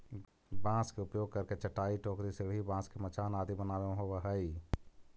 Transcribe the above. बाँस के उपयोग करके चटाई, टोकरी, सीढ़ी, बाँस के मचान आदि बनावे में होवऽ हइ